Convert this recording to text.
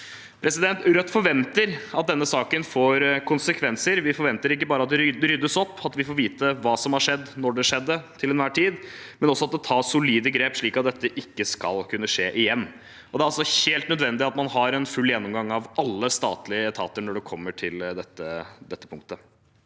stemmer. Rødt forventer at denne saken får konsekvenser. Vi forventer ikke bare at det ryddes opp, og at vi får vite hva som har skjedd, når det skjedde, til enhver tid, men også at det tas solide grep, slik at dette ikke skal kunne skje igjen. Det er altså helt nødvendig at man har en full gjennomgang av alle statlige etater når det gjelder dette punktet.